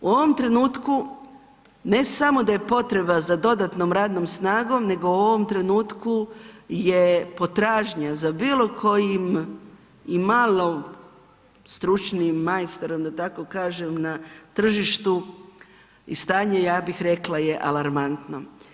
U ovom trenutku ne samo da je potreba za dodatnom radnom snagom, nego u ovom trenutku je potražnja za bilo kojim i malo stručnijim majstorom da tako kažem na tržištu i stanje ja bih rekla je alarmantno.